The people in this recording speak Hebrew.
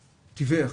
תיווך,